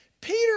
Peter